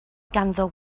ganddo